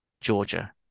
georgia